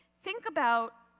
think about,